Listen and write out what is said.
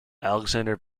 alexander